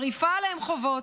מרעיפה עליהם חובות,